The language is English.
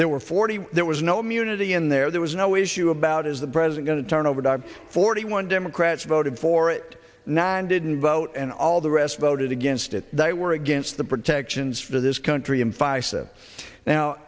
there were forty there was no immunity in there there was no issue about is the president going to turn over the forty one democrats voted for it nine didn't vote and all the rest voted against it that were against the protections for this country in fy so now